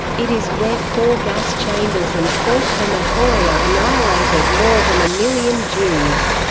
it is where four gas chambers and four crematoria annihilated more than a million jews.